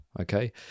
okay